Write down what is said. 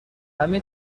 همه